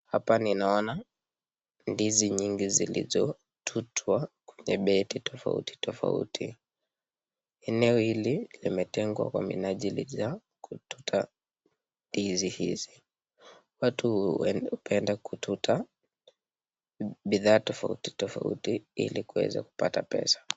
Hapa ninaona ndizi nyingi zilizo tutwa kwenye bedi tofauti tofauti, eneo hili limetengwa kwa minajili za kututa ndizi hizi. Watu hupenda kututa bidhaa tofauti tofauti ili kuweza kupata pesa.